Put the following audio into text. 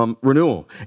renewal